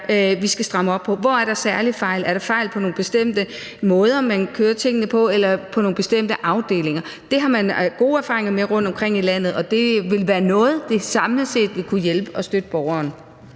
vi skal stramme op på? Hvor er der særlige fejl? Er der fejl i forhold til bestemte måder, man kører tingene på, eller i bestemte afdelinger? Det har man gode erfaringer med rundtomkring i landet, og det vil være noget, der samlet set vil kunne hjælpe i forhold til at støtte borgeren.